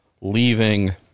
leaving